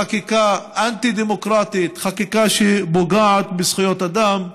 חקיקה אנטי-דמוקרטית, חקיקה שפוגעת בזכויות אדם,